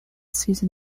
season